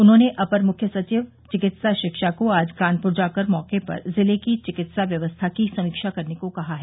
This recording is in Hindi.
उन्होंने अपर मुख्य सचिव चिकित्सा शिक्षा को आज कानपुर जाकर मौके पर जिले की चिकित्सा व्यवस्था की समीक्षा करने को कहा है